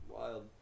Wild